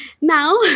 now